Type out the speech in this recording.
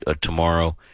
tomorrow